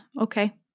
Okay